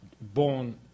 born